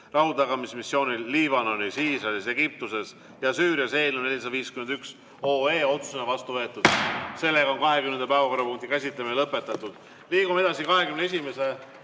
rahutagamismissioonil Liibanonis, Iisraelis, Egiptuses ja Süürias" eelnõu 451 otsusena vastu võetud ning ka 20. päevakorrapunkti käsitlemine on lõpetatud. Liigume edasi 21.